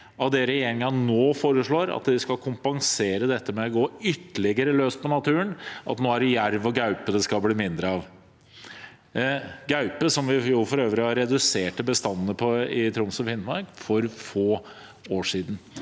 av det regjeringen nå foreslår, at de skal kompensere dette med å gå ytterligere løs på naturen, og at det nå er jerv og gaupe det skal bli mindre av. Gaupe har vi for øvrig redusert bestandene av i Troms og Finnmark for få år siden.